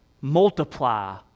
multiply